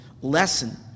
lesson